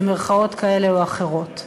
במירכאות כאלה או אחרות,